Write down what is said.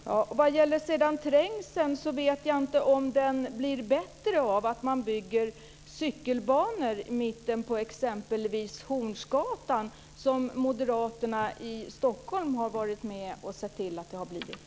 Fru talman! När det sedan gäller trängseln vet jag inte om det blir bättre av att man bygger cykelbanor i mitten av exempelvis Hornsgatan, som moderaterna i Stockholm har varit med om att se till att göra.